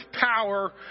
power